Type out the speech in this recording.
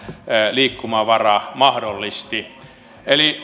liikkumavara mahdollisti eli